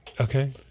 Okay